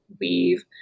weave